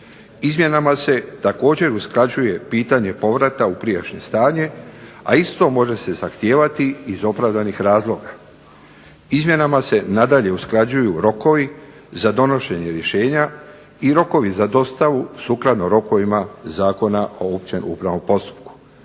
Izmjenama se također usklađuje pitanje povrata u prijašnje stanje, a isto može se zahtijevati iz opravdanih razloga. Izmjenama se nadalje usklađuju rokovi za donošenje rješenja, i rokovi za dostavu sukladno rokovima Zakona o općem upravnom postupku.